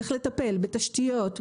צריך לטפל בתשתיות,